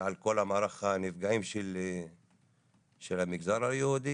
על כל מערך הנפגעים של המגזר הלא יהודי.